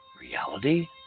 reality